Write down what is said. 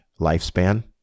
lifespan